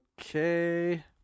Okay